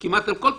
כמעט על כל תפקיד,